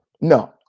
No